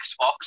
Xbox